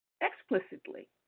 explicitly